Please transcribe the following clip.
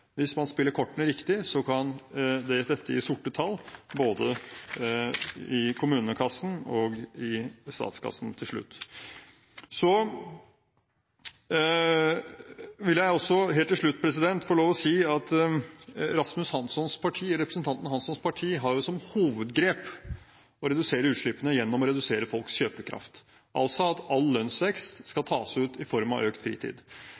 Hvis man spiller kortene riktig, kan dette gi sorte tall i både kommunekassen og statskassen til slutt. Så vil jeg også helt til slutt få lov å si at representanten Rasmus Hanssons parti jo har som hovedgrep å redusere utslippene gjennom å redusere folks kjøpekraft, altså at all lønnsvekst skal tas ut i form av økt fritid.